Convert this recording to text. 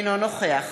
אינו נוכח